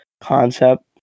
concept